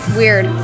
weird